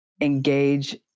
engage